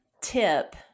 tip